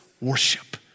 worship